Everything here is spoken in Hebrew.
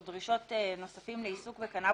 או דרישות נוספים לעיסוק בקנבוס,